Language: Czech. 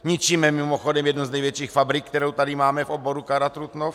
Ničíme mimochodem jednu z největších fabrik, kterou tady máme v oboru, KARA Trutnov.